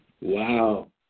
Wow